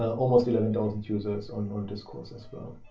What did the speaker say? almost eleven thousand users on on discourse as well.